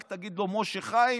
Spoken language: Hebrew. רק תגיד לו משה חיים,